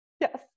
Yes